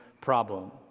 problem